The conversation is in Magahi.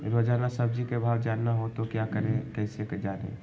रोजाना सब्जी का भाव जानना हो तो क्या करें कैसे जाने?